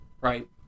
Right